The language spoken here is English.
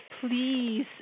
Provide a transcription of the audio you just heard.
please